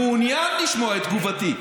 מעוניין לשמוע את תגובתי.